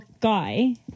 guy